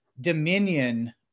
Dominion